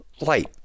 light